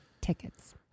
tickets